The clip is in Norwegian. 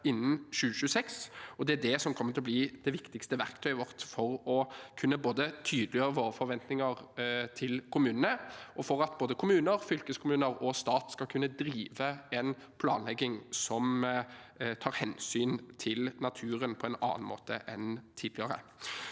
innen 2026. Det kommer til å bli det viktigste verktøyet vårt for å kunne tydeliggjøre våre forventninger til kommunene og for at både kommuner, fylkeskommuner og stat skal kunne drive en planlegging som tar hensyn til naturen på en annen måte enn tidligere.